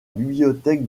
bibliothèque